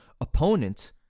opponent